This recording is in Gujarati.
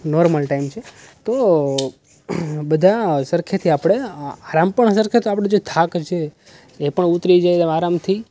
નોર્મલ ટાઈમ છે તો બધા સરખેથી આપણે આરામ પણ સરખો જો થાક છે એ પણ ઉતરી જાય આરામથી